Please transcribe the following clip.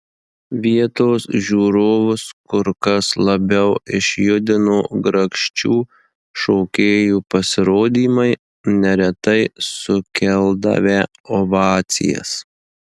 vietos žiūrovus kur kas labiau išjudino grakščių šokėjų pasirodymai neretai sukeldavę ovacijas